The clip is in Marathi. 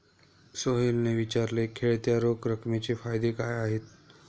सोहेलने विचारले, खेळत्या रोख रकमेचे फायदे काय आहेत?